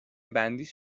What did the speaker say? بندیش